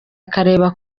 akareba